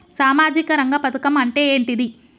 సామాజిక రంగ పథకం అంటే ఏంటిది?